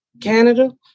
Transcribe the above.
Canada